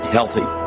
Healthy